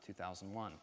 2001